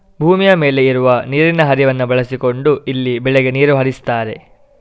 ಭೂಮಿಯ ಮೇಲೆ ಇರುವ ನೀರಿನ ಹರಿವನ್ನ ಬಳಸಿಕೊಂಡು ಇಲ್ಲಿ ಬೆಳೆಗೆ ನೀರು ಹರಿಸ್ತಾರೆ